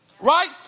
right